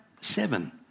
Seven